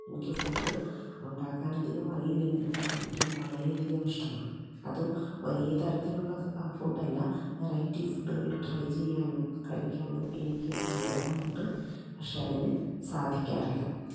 എനിക്ക് ഫുഡ് ഉണ്ടാക്കാൻ അധികം അറിയില്ലെങ്കിലും കഴിക്കാൻ വളരെ അധികം ഇഷ്ടമാണ് അതും ഒരേ തരത്തിലുള്ള ഫുഡ് അല്ല വെറൈറ്റി ഫോഡുകൾ ട്രൈ ചെയ്യാനും കഴിക്കാനും എനിക്ക് ആഗ്രഹമുണ്ട് പക്ഷേ അതിന് സാധിക്കാറില്ല